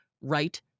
right